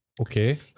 okay